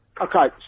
Okay